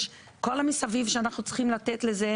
יש את כל המסביב שאנחנו צריכים לתת לזה